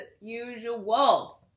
usual